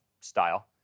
style